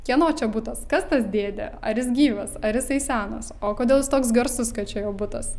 kieno čia butas kas tas dėdė ar jis gyvas ar jisai senas o kodėl jis toks garsus kad čia jo butas